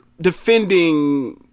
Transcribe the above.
defending –